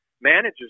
manages